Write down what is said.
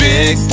Big